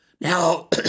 Now